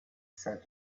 said